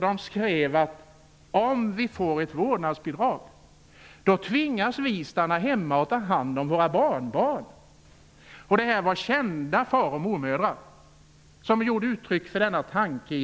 De skrev: Om det blir ett vårdnadsbidrag tvingas vi stanna hemma och ta hand om våra barnbarn. Det var kända far och mormödrar som gav uttryck för denna tanke i